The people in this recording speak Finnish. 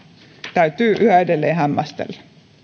täytyy yhä edelleen hämmästellä